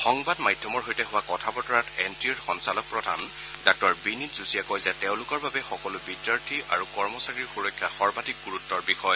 সংবাদ মাধ্যমৰ সৈতে হোৱা কথা বতৰাত এন টি এ ৰ সঞ্চালক প্ৰধান ডাঃ বিনিত যোশীয়ে কয় যে তেওঁলোকৰ বাবে সকলো বিদ্যাৰ্থী আৰু কৰ্মচাৰীৰ সুৰক্ষা সৰ্বাধিক গুৰুত্বৰ বিষয়